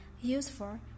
useful